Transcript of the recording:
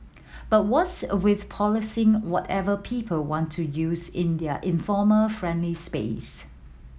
but what's with policing whatever people want to use in their informal friendly space